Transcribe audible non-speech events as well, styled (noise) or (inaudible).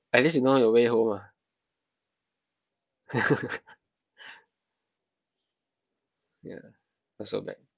at least you know your way home mah (laughs) ya not so bad